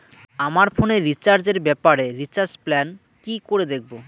আমার ফোনে রিচার্জ এর ব্যাপারে রিচার্জ প্ল্যান কি করে দেখবো?